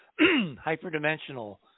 hyperdimensional